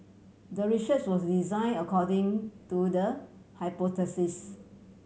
the research was design according to the hypothesis